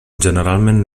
generalment